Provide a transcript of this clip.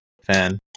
fan